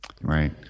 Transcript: right